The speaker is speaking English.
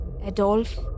Adolf